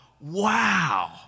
Wow